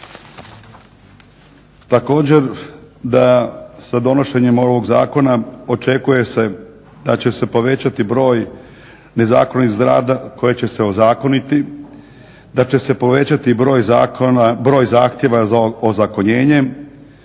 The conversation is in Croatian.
Također da sa donošenjem ovog zakona očekuje se da će se povećati broj nezakonitih zgrada koje će se ozakoniti, da će se povećati broj zahtjeva za ozakonjenjem,